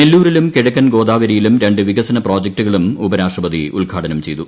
നെല്ലൂരിലും കിഴക്കൻ ഗോദാവരിയിലും രണ്ടു വികസൻ പ്രോജക്ടുകളും ഉപരാഷ്ട്രപതി ഉദ്ഘാടനം ചെയ്തു